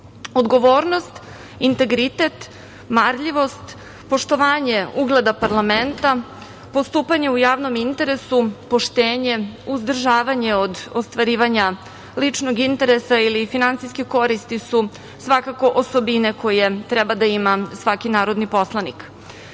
doma. Odgovornost, integritet, marljivost, poštovanje ugleda parlamenta, postupanje u javnom interesu, poštenje, uzdržavanje od ostvarivanja ličnog interesa ili finansijske koristi su svakako osobine koje treba da ima svaki narodni poslanik. Pravni